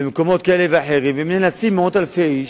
ובמקומות כאלה ואחרים, והם נאלצים, מאות אלפי איש,